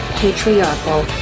patriarchal